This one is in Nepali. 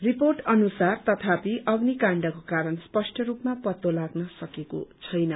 रिपोर्ट अनुसार अग्निकाण्डको कारण स्पष्ट रूपमा पत्तो लाग्न सकेको छैन